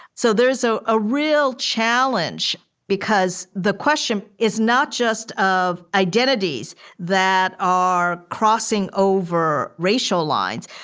so there is a ah real challenge because the question is not just of identities that are crossing over racial lines,